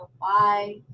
Bye